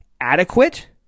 adequate